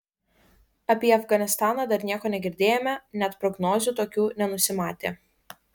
apie afganistaną dar nieko negirdėjome net prognozių tokių nenusimatė